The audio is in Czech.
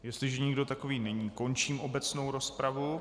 Jestliže nikdo takový není, končím obecnou rozpravu.